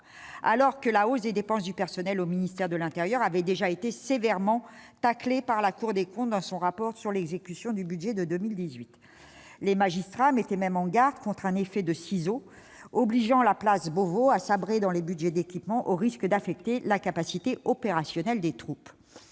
alors même que la hausse des dépenses de personnel du ministère de l'intérieur avait déjà été sévèrement taclée par la Cour des comptes dans son rapport sur l'exécution du budget de 2018. Les magistrats mettaient même en garde contre un effet de ciseau obligeant la place Beauvau à sabrer dans les budgets d'équipements, au risque d'affecter la capacité opérationnelle des troupes.